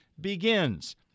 begins